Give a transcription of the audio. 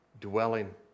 dwelling